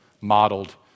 modeled